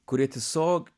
kurie tiesiog